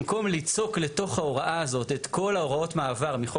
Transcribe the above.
במקום ליצוק לתוך ההוראה הזאת את כל ההוראות מעבר מחוק